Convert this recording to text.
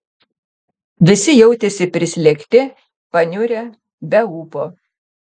visi jautėsi prislėgti paniurę be ūpo